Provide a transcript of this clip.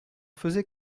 faisait